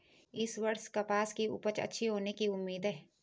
इस वर्ष कपास की उपज अच्छी होने की उम्मीद है